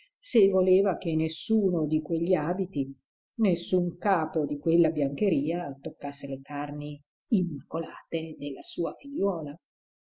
se voleva che nessuno di quegli abiti nessun capo di quella biancheria toccasse le carni immacolate della sua